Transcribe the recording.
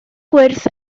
gwyrdd